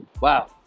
Wow